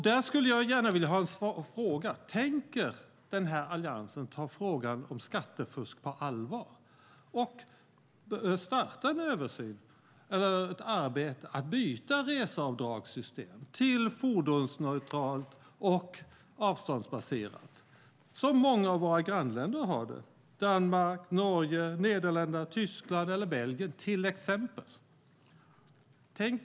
Där skulle jag gärna vilja fråga: Tänker den här alliansen ta frågan om skattefusk på allvar och starta ett arbete för att byta reseavdragssystem till ett fordonsneutralt och avståndsbaserat system som många av våra grannländer har, till exempel Danmark, Norge, Nederländerna, Tyskland eller Belgien?